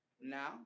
now